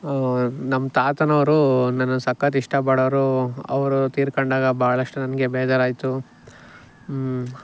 ನಮ್ಮ ತಾತನೋರು ನನ್ನ ಸಕ್ಕತ್ ಇಷ್ಟ ಪಡೋರು ಅವರು ತೀರಿಕೊಂಡಾಗ ಬಹಳಷ್ಟು ನನಗೆ ಬೇಜಾರು ಆಯಿತು